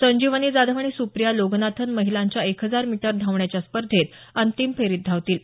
संजीवनी जाधव आणि सुप्रिया लोगनाथन महिलांच्या एक हजार मीटर धावण्याच्या स्पर्धेच्या अंतिम फेरीत धावतील